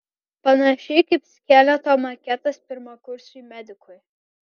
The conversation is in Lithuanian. panašiai kaip skeleto maketas pirmakursiui medikui